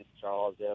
Charles